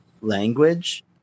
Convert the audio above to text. language